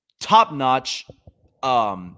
top-notch –